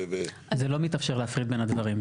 זה לא מתאפשר להפריד בין הדברים.